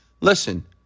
listen